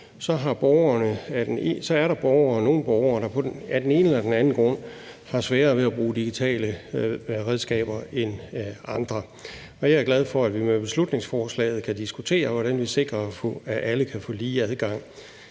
er der nogle borgere, der af den ene eller den anden grund har sværere ved at bruge digitale redskaber end andre, og jeg er glad for, at vi med beslutningsforslaget kan diskutere, hvordan vi sikrer, at alle kan få lige adgang.